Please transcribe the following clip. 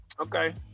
Okay